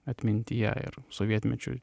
atmintyje ir sovietmečiui